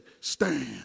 Stand